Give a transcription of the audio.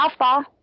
softball